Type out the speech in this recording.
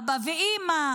אבא ואימא,